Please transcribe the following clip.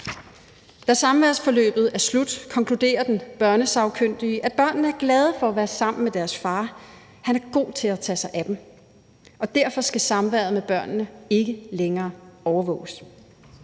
Da samværsforløbet er slut, konkluderer den børnesagkyndige, at børnene er glade for at være sammen med deres far. Han er god til at tage sig af dem, og derfor skal samværet med børnene ikke længere overvåges.